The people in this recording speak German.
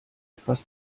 etwas